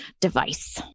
device